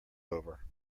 over